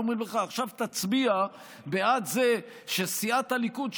אומרים לך: עכשיו תצביע בעד זה שלסיעת הליכוד,